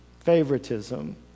favoritism